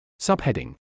Subheading